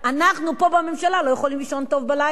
אנחנו פה בממשלה לא יכולים לישון טוב בלילה,